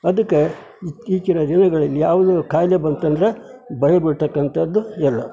ಅದಕ್ಕೆ ಇತ್ತೀಚಿನ ದಿನಗಳಲ್ಲಿ ಯಾವುದೋ ಕಾಯಿಲೆ ಬಂತಂದ್ರೆ ಭಯ ಬೀಳತಕ್ಕಂಥದ್ದು ಎಲ್ಲ